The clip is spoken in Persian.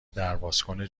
دربازکن